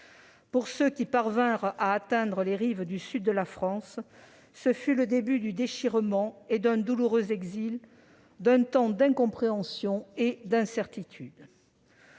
Pour ceux qui parvinrent à atteindre les rives du sud de la France, ce fut le début du déchirement et d'un douloureux exil, d'un temps d'incompréhension et d'incertitude.